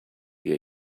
get